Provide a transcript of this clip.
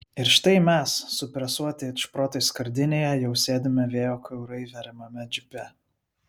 ir štai mes supresuoti it šprotai skardinėje jau sėdime vėjo kiaurai veriamame džipe